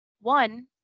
One